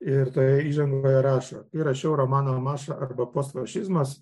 ir toje įžangoje rašo kai rašiau romaną maša arba post fašizmas